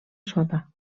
sota